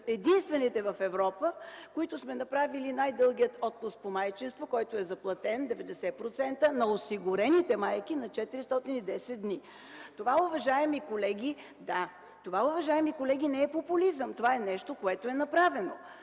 единствените в Европа, които сме направили най-дългия отпуск по майчинство, който е заплатен 90% на осигурените майки – на 410 дни. Това, уважаеми колеги, не е популизъм. Това е нещо, което е направено.